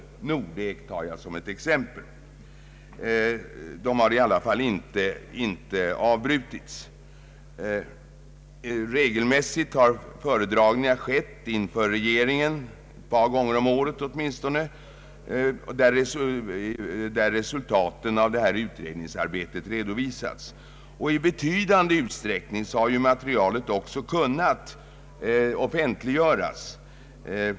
Nordek tar jag såsom ett exempel. Även om utredningsapparaten understundom fått tagas i anspråk för andra uppgifter har arbetet med marknadsproblematiken i alla fall inte avbrutits. Regelmässigt har föredragningar skett inför regeringen, åtminstone ett par gånger om året, där resultatet av detta utredningsarbete har redovisats. I betydande utsträckning har materialet också kunnat offentliggöras.